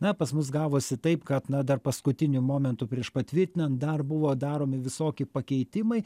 na pas mus gavosi taip kad na dar paskutiniu momentu prieš patvirtinant dar buvo daromi visokie pakeitimai